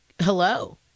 hello